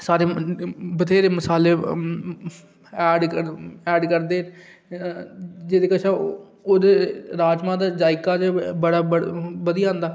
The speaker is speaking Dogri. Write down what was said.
सारे बत्हेरे मसाले ऐड ऐड करदे जेह्दे कशा ओह् ओह्दे राजमांह् दा जायका ते बड़ा बड़ बधिया होंदा